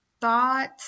thought